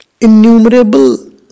innumerable